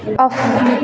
of